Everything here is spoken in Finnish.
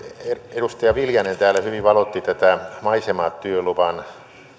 edustaja viljanen täällä hyvin valotti tätä maisematyöluvan